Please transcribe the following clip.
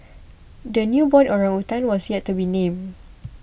the newborn orangutan was yet to be named